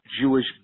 Jewish